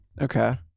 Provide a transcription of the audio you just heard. Okay